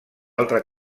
altra